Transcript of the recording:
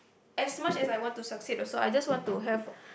as much as I want to succeed also I just want to have